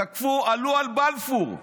תקפו, עלו על בלפור,